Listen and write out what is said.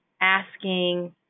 asking